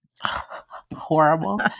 Horrible